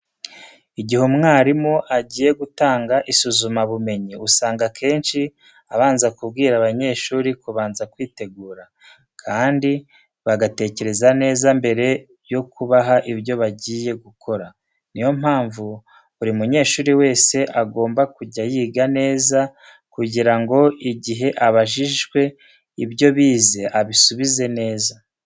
Igihe umwarimu agiye gutanga isuzumabumenyi usanga akenshi abanza kubwira abanyeshuri kubanza kwitegura, kandi bagatekereza neza mbere yo kubaha ibyo bagiye gukora. Niyo mpamvu buri munyeshuri wese agomba kujya yiga neza kugira ngo igihe abajijwe ibyo bize abisubize neza.